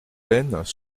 peines